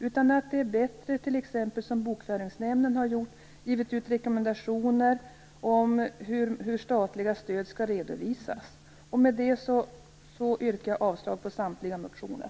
Det är därför bättre att som t.ex. Bokföringsnämnden har gjort, ge ut rekommendationer om hur statliga medel skall redovisas. Med det yrkar jag avslag på samtliga motioner.